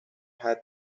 had